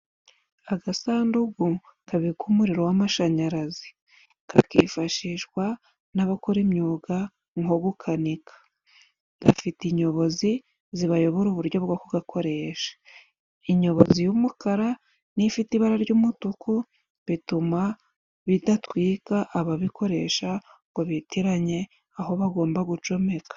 agasanduku kabika umuriro w'amashanyarazi kakifashishwa n'abakora imyuga nko gukanika gafite inyobozi zibayobora uburyo bwo kugakoresha inyobozi y'umukara n' ifite ibara ry'umutuku bituma bidatwika ababikoresha ngo bitiranye aho bagomba gucomeka